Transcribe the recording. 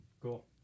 cool